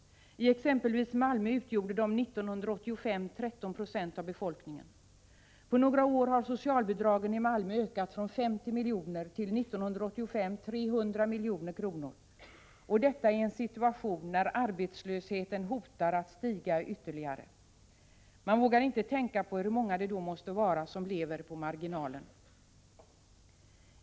I exempelvis Malmö utgjorde de 1985 13 96 av befolkningen. På några år har socialbidragen i Malmö ökat från 50 milj.kr. till 300 milj.kr., och detta i en situation när arbetslösheten hotar att stiga ytterligare. Man vågar inte tänka på hur många det då måste vara som lever på marginalen!